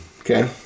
Okay